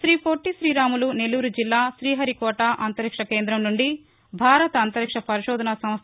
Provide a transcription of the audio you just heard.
శ్రీ పొట్టి శ్రీరాములు నెల్లూరు జిల్లా శ్రీహరి కోట అంతరిక్ష కేందం నుండి భారత అంతరిక్ష పరిశోధనా సంస్ట